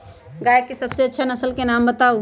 गाय के सबसे अच्छा नसल के नाम बताऊ?